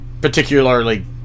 particularly